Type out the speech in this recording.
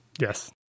yes